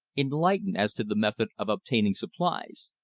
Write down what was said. enlightened as to the method of obtaining supplies.